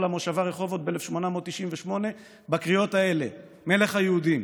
למושבה רחובות ב-1898 בקריאות האלה: מלך היהודים.